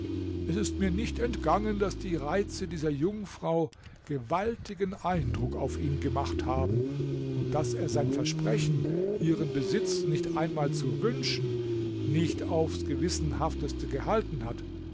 es ist mir nicht entgangen daß die reize dieser jungfrau gewaltigen eindruck auf ihn gemacht haben und daß er sein versprechen ihren besitz nicht einmal zu wünschen nicht aufs gewissenhafteste gehalten hat